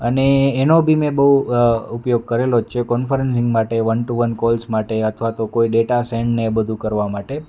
અને એનો બી મેં બહુ ઉપયોગ કરેલો જ છે કોન્ફરન્સિંગ માટે વન ટુ વન કોલ્સ માટે અથવા તો કોઈ ડેટા સેન્ડ ને એ બધું કરવા માટે